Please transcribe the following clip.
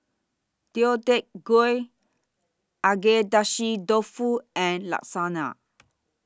Deodeok Gui Agedashi Dofu and Lasagna